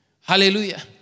Hallelujah